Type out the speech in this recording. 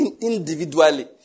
individually